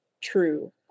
true